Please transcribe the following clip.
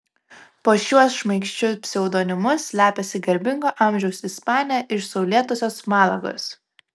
po šiuo šmaikščiu pseudonimu slepiasi garbingo amžiaus ispanė iš saulėtosios malagos